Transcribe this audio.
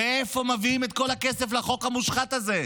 מאיפה מביאים את כל הכסף לחוק המושחת הזה?